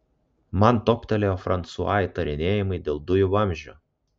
man toptelėjo fransua įtarinėjimai dėl dujų vamzdžio